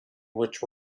which